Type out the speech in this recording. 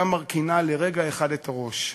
הייתה מרכינה לרגע אחד את הראש,